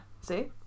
see